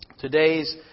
Today's